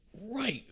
right